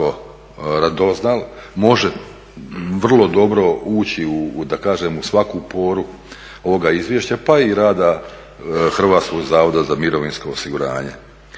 radoznal može vrlo dobro ući u svaku poru ovoga izvješća, pa i rada HZMO-a. U toj statističkoj